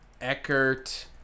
Eckert